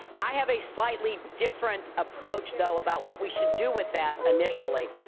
i have a slightly different approach, though, about what we should do with that initially.